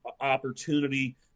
opportunity